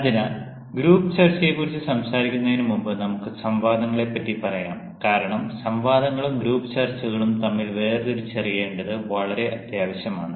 അതിനാൽ ഗ്രൂപ്പ് ചർച്ചയെക്കുറിച്ച് സംസാരിക്കുന്നതിന് മുമ്പ് നമുക്ക് സംവാദങ്ങളെ പറ്റി പറയാം കാരണം സംവാദങ്ങളും ഗ്രൂപ്പ് ചർച്ചകളും തമ്മിൽ വേർതിരിച്ചറിയേണ്ടത് വളരെ അത്യാവശ്യമാണ്